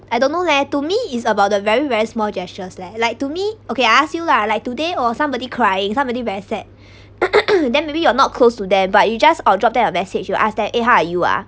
I don't know leh to me is about the very very small gestures leh like to me okay I ask you lah like today oh somebody crying somebody very sad then maybe you're not close to them but you just or drop them a message you ask them eh how are you ah